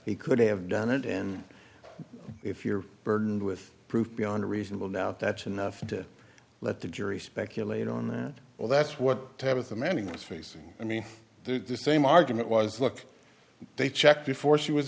he could have done it and if you're burdened with proof beyond reasonable doubt that's enough to let the jury speculate on that well that's what tabitha manning was facing i mean this same argument was look they checked before she was